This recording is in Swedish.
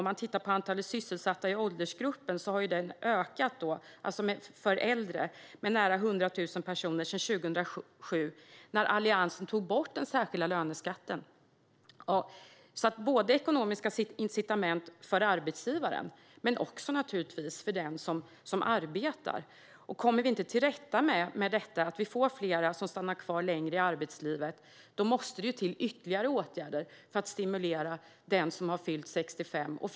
Om man tittar på antalet sysselsatta bland äldre ser man att det har ökat med nära 100 000 personer sedan 2007 när Alliansen tog bort den särskilda löneskatten. Det behövs ekonomiska incitament både för arbetsgivaren och naturligtvis för den som arbetar. Kommer vi inte till rätta med detta och får fler att stanna kvar längre i arbetslivet måste det till ytterligare åtgärder för att stimulera den som har fyllt 65 år att fortsätta arbeta.